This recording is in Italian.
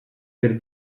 per